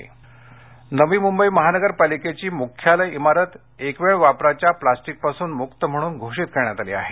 प्लास्टिकबंदी नवी मुंबई महानगरपालिकेची मुख्यालय इमारत एकवेळ वापराच्या प्लास्टीकपासून मुक्त म्हणून घोषित करण्यात आली आहे